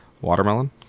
Watermelon